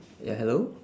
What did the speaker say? ya hello